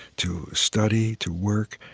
to study, to work,